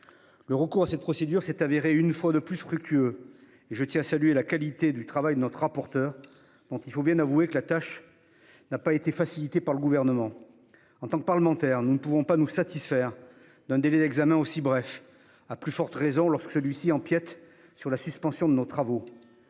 Le recours à cette procédure s'est avéré une fois de plus fructueux, et je tiens à saluer la qualité du travail de notre rapporteur, dont il faut bien avouer que la tâche n'a pas été facilitée par le Gouvernement. En tant que parlementaires, nous ne pouvons pas nous satisfaire d'un délai d'examen aussi bref, à plus forte raison lorsque celui-ci empiète sur la suspension de nos travaux.